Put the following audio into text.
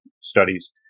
studies